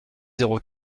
zéro